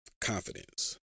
confidence